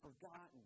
forgotten